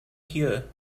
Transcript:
here